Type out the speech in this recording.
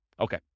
Okay